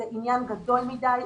זה עניין גדול מדי,